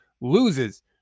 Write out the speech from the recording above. loses